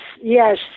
yes